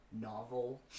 novel